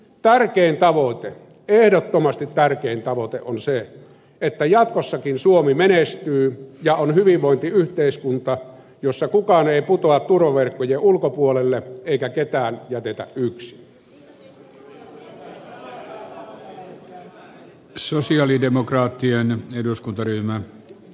tärkein tavoite ehdottomasti tärkein tavoite on se että jatkossakin suomi menestyy ja on hyvinvointiyhteiskunta jossa kukaan ei putoa turvaverkkojen ulkopuolelle eikä ketään jätetä yksin